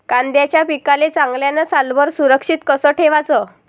कांद्याच्या पिकाले चांगल्यानं सालभर सुरक्षित कस ठेवाचं?